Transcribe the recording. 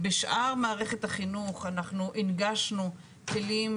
בשאר מערכת החינוך אנחנו הנגשנו כלים